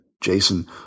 Jason